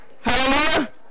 Hallelujah